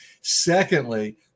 Secondly